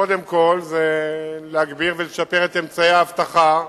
קודם כול, היא להגביר ולשפר את אמצעי האבטחה.